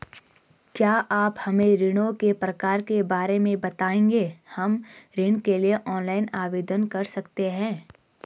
क्या आप हमें ऋणों के प्रकार के बारे में बताएँगे हम ऋण के लिए ऑनलाइन आवेदन कर सकते हैं?